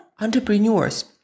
entrepreneurs